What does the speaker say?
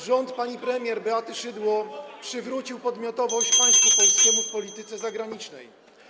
Rząd pani premier Beaty Szydło przywrócił podmiotowość państwu polskiemu [[Gwar na sali, dzwonek]] w polityce zagranicznej.